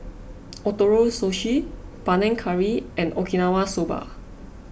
Ootoro Sushi Panang Curry and Okinawa Soba